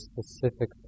specific